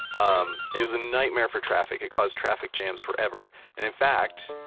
um it was a nightmare for traffic, it caused traffic jams forever and in fact,